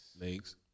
Legs